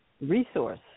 resource